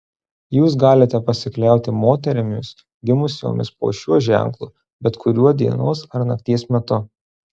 jūs galite pasikliauti moterimis gimusiomis po šiuo ženklu bet kuriuo dienos ar nakties metu